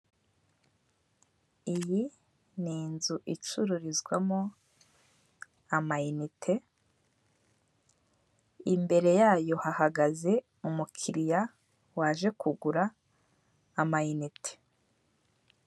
iyi ni inzu icururizwamo amayinite, imbere yayo hahagaze umukiriya waje kugura amayinete.